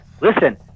Listen